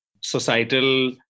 societal